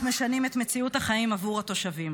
משנים את מציאות החיים עבור התושבים.